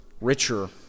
richer